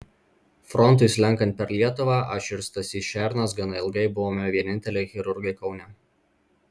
frontui slenkant per lietuvą aš ir stasys šernas gana ilgai buvome vieninteliai chirurgai kaune